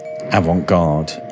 avant-garde